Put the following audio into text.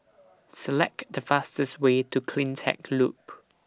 Select The fastest Way to CleanTech Loop